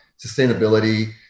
sustainability